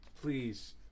please